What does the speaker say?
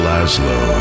Laszlo